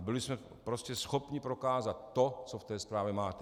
Byli jsme prostě schopni prokázat to, co ve zprávě máte.